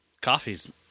Coffee's